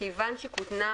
כיוון שכותנה,